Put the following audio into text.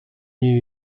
new